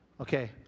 Okay